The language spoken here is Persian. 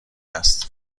است